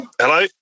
Hello